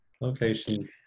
location